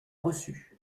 reçus